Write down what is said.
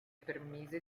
permise